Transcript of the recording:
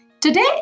Today